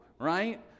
right